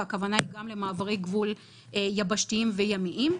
והכוונה היא גם למעברי גבול יבשתיים וימיים,